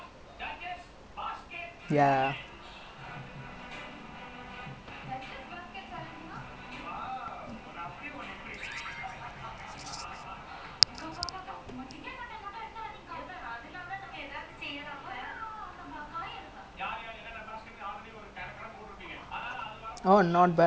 ya but that [one] is not worth lah like because we all bought like we each bought like some two piece some special chicken whatever meal and then each of I felix chairen and sanjeev share twelve twelve pieces of chicken I think like tenders plus the omelette I mean not tenders err the drumlets plus a wing like share பண்ணாங்க:pannaanga share பண்ணோம்:pannom